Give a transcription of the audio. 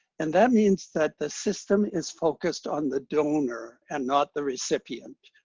and that means that the system is focused on the donor and not the recipient.